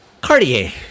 Cartier